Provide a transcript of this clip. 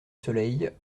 soleil